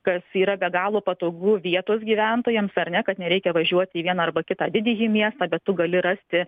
kas yra be galo patogu vietos gyventojams ar ne kad nereikia važiuoti į vieną arba kitą didįjį miestą bet tu gali rasti